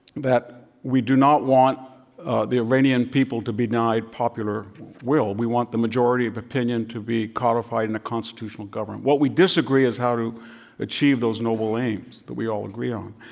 that we do not want the iranian people to be denied popular will. we want the majority of opinion to be codified in a constitutional government. what we disagree is how to achieve those noble aims that we all agree on.